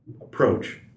approach